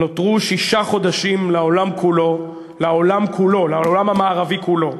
נותרו שישה חודשים לעולם כולו, לעולם המערבי כולו,